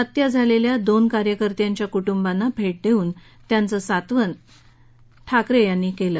हत्या झालेल्या दोन कार्यकर्त्यांच्या कुटुंबांना भेट देऊन त्यांचं सांत्वन केलं